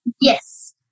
Yes